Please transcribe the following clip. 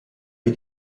wie